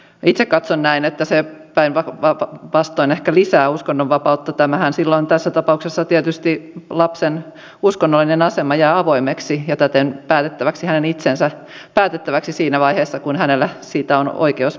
itse katson näin että se päinvastoin ehkä lisää uskonnonvapautta tässä tapauksessa tietysti lapsen uskonnollinen asema jää avoimeksi ja täten hänen itsensä päätettäväksi siinä vaiheessa kun hänellä siitä on oikeus päättää